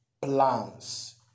plans